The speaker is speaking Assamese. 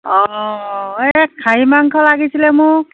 অঁ এই খাহী মাংস লাগিছিলে মোক